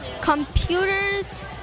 computers